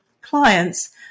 clients